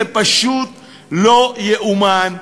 זה פשוט לא ייאמן.